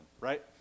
right